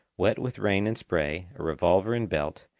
wet with rain and spray, a revolver in belt,